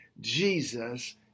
Jesus